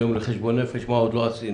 זה יום לחשבון נפש מה עוד לא עשינו.